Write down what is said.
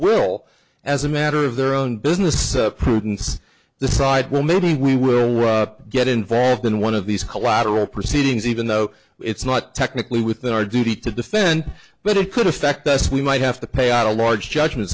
will as a matter of their own business prudence decide well maybe we will get involved in one of these collateral proceedings even though it's not technically within our duty to defend but it could affect us we might have to pay out a large judgment